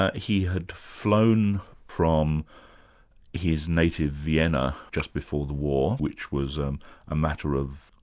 ah he had flown from his native vienna just before the war, which was um a matter of,